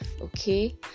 okay